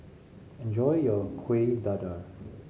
enjoy your Kuih Dadar